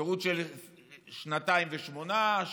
שירות של שנתיים ושמונה,